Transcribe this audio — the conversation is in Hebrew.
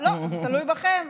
לא, זה תלוי בכם.